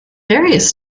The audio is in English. various